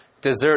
dessert